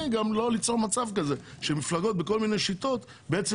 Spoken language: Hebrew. גם לא ליצור מצב כזה שמפלגות בכל מיני שיטות בעצם